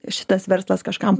šitas verslas kažkam